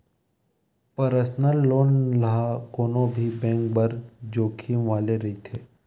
personal loan ह कोनो भी बेंक बर जोखिम वाले रहिथे